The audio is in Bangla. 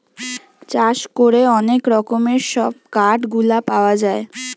চাষ করে অনেক রকমের সব কাঠ গুলা পাওয়া যায়